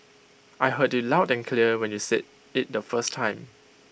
I heard you loud and clear when you said IT the first time